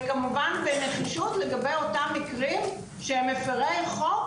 וכמובן בנחישות לגבי אותם מקרים של מפרי חוק